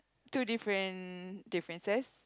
two different differences